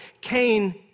Cain